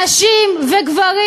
נשים וגברים,